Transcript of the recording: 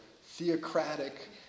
theocratic